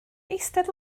eistedd